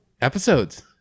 Episodes